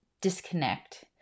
disconnect